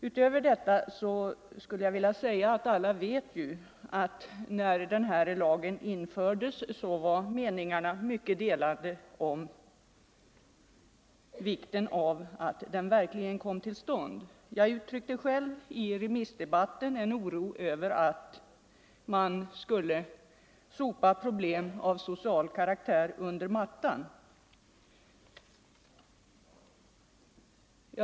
Utöver detta skulle jag vilja säga att alla ju vet att när den här lagen infördes var meningarna mycket delade om vikten av att lagen verkligen kom till stånd. Jag uttryckte själv i remissdebatten oro över att man skulle sopa problem av social karaktär under mattan.